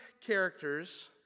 characters